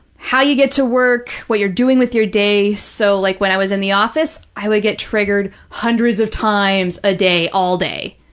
how you get to work, what you're doing with your day. so, like when i was in the office, i would get triggered hundreds of times a day all day.